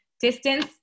Distance